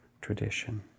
tradition